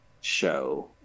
show